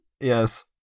Yes